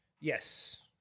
Yes